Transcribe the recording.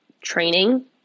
training